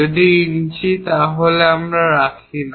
যদি ইঞ্চি হয় তাহলে আমরা রাখি না